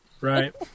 right